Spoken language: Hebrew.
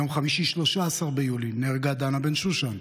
ביום חמישי 13 ביולי נהרגה דנה בן שושן,